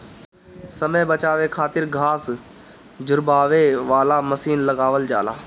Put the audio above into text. समय बचावे खातिर घास झुरवावे वाला मशीन लगावल जाला